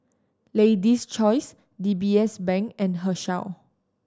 Lady's Choice D B S Bank and Herschel